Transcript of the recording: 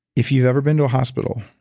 if you've ever been to a hospital,